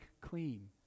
clean